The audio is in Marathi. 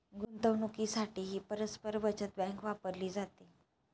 गुंतवणुकीसाठीही परस्पर बचत बँक वापरली जाते